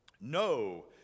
no